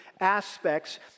aspects